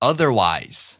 Otherwise